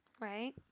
Right